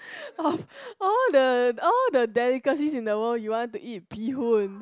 all the all the delicacies in the world you want to eat bee hoon